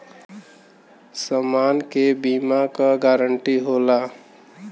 समान के बीमा क गारंटी होला